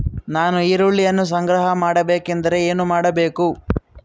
ನಾನು ಈರುಳ್ಳಿಯನ್ನು ಸಂಗ್ರಹ ಮಾಡಬೇಕೆಂದರೆ ಏನು ಮಾಡಬೇಕು?